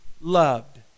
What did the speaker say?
loved